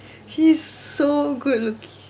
he's so good looking